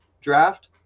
draft